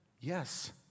Yes